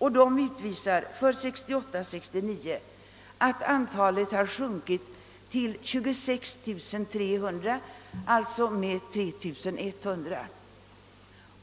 Dessa siffror visar att antalet för budgetåret 1968/69 sjunkit till 26 300 — en minskning från föregående budgetår med 3300.